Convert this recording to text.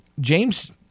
James